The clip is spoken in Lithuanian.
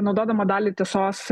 naudodama dalį tiesos